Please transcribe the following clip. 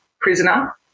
prisoner